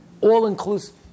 all-inclusive